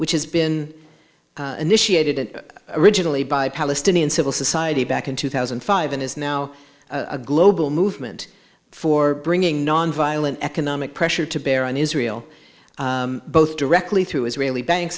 which has been initiated originally by palestinian civil society back in two thousand and five and is now a global movement for bringing nonviolent economic pressure to bear on israel both directly through israeli banks